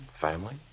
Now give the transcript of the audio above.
family